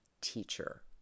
teacher